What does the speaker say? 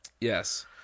Yes